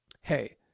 Hey